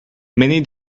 many